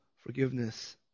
Forgiveness